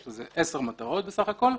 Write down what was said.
יש לזה 10 מטרות בסך הכול.